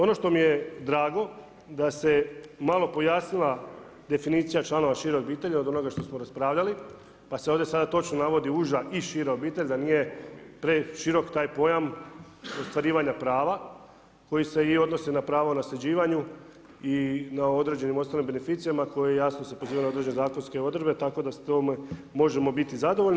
Ono što mi je drago da se malo pojasnila definicija članova šire obitelji od onoga što smo raspravljali, pa se ovdje sada točno navodi uža i šira obitelj, da nije preširok taj pojam ostvarivanja prava koji se i odnosi na pravo o nasljeđivanju i na određenim ostalim beneficijama koje jasno se pozivaju na određene zakonske odredbe, tako da s time možemo biti zadovoljni.